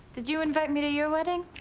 did you invite me to your wedding?